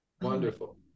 Wonderful